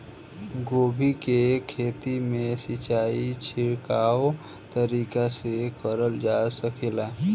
गोभी के खेती में सिचाई छिड़काव तरीका से क़रल जा सकेला?